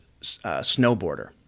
snowboarder